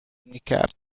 میکرد